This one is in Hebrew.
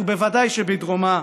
ובוודאי בדרומה,